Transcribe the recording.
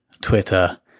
Twitter